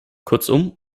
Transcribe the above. kurzum